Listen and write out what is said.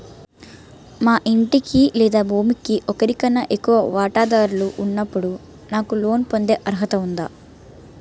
మా ఇంటికి లేదా భూమికి ఒకరికన్నా ఎక్కువ వాటాదారులు ఉన్నప్పుడు నాకు లోన్ పొందే అర్హత ఉందా?